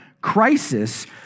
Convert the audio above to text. crisis